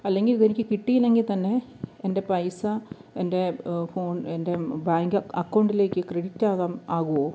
അല്ലെങ്കില് ഇതെനിക്ക് കിട്ടിയില്ലെങ്കിൽ തന്നെ എൻ്റെ പൈസ എൻ്റെ ഫോൺ എൻ്റെ ബാങ്ക് അ അക്കൗണ്ടിലേക്ക് ക്രെഡിറ്റാകാൻ ആകുവോ